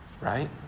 right